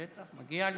בטח, מגיע לו.